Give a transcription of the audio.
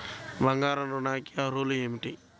బంగారు ఋణం కి అర్హతలు ఏమిటీ?